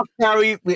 Carry